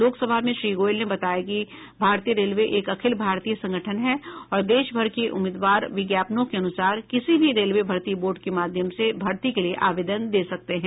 लोकसभा में श्री गोयल ने बताया कि भारतीय रेलवे एक अखिल भारतीय संगठन है और देश भर के उम्मीदवार विज्ञापनों के अनुसार किसी भी रेलवे भर्ती बोर्ड के माध्यम से भर्ती के लिए आवेदन दे सकते हैं